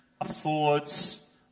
affords